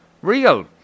Real